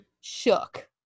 shook